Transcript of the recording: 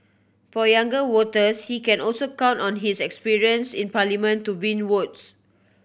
for younger voters he can also count on his experience in Parliament to win votes